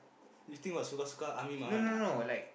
you think what suka suka army my one ah